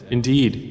Indeed